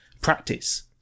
practice